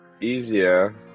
easier